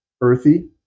earthy